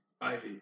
Ivy